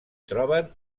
troben